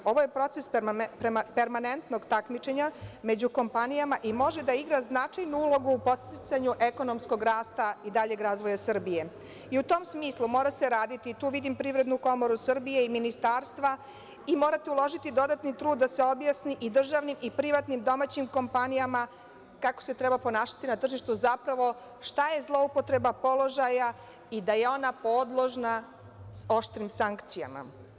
Ovo je proces permanentnog takmičenja među kompanijama i može da igra značajnu ulogu u podsticanju ekonomskog rasta i daljeg razvoja Srbije i u tom smislu mora se raditi, tu vidim Privrednu komoru Srbije i ministarstva i morate uložiti dodatni trud da se objasni i državnim i privatnim domaćim kompanijama kako se treba ponašati na tržištu, zapravo, šta je zloupotreba položaja i da je ona podložna oštrim sankcijama.